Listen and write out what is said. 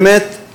באמת,